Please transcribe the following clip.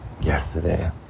yesterday